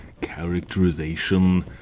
characterization